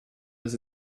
was